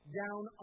down